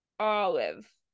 olive